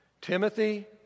Timothy